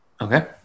Okay